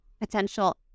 potential